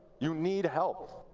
you need help.